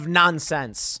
nonsense